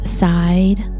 side